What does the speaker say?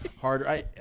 harder